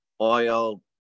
Oil